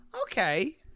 okay